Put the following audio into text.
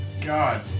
God